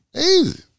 Easy